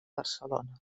barcelona